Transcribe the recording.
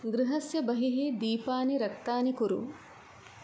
गृहस्य बहिः दीपानि रक्तानि कुरु